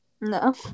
No